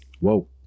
Whoa